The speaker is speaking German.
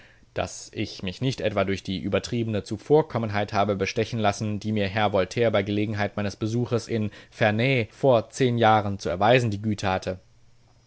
daß ich mich nicht etwa durch die übertriebene zuvorkommenheit habe bestechen lassen die mir herr voltaire bei gelegenheit meines besuchs in ferney vor zehn jahren zu erweisen die güte hatte